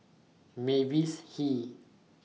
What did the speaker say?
Mavis Hee